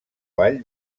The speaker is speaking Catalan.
vall